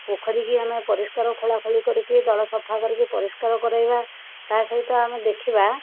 ପୋଖରୀକି ଆମେ ପରିସ୍କାର ଖୋଳା ଖୋଳି କରିକି ଦଳ ସଫା କରିକି ପରିସ୍କାର କରାଇବା ତା ସହିତ ଆମେ ଦେଖିବା